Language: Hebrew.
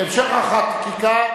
המשך החקיקה,